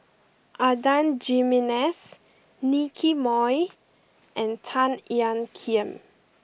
Adan Jimenez Nicky Moey and Tan Ean Kiam